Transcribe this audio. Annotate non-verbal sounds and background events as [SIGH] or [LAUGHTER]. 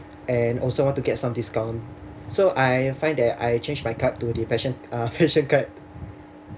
and also want to get some discount so I find that I changed my card to the passion uh [LAUGHS] passion card